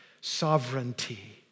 sovereignty